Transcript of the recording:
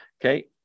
Okay